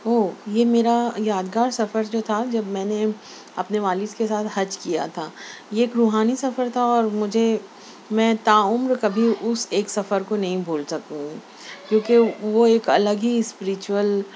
اوہ یہ میرا یادگار سفر جو تھا جب میں نے اپنے والد کے ساتھ حج کیا تھا یہ ایک روحانی سفر تھا اور مجھے میں تاعمر کبھی اس ایک سفر کو نہیں بھول سکوں گی کیونکہ وہ ایک الگ ہی اسپریچول